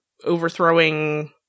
overthrowing